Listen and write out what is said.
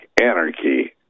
Anarchy